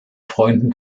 freunden